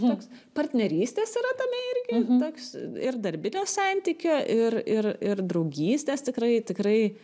toks partnerystės yra tame irgi toks ir darbinio santykio ir ir ir draugystės tikrai tikrai